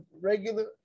regular